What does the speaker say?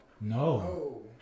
No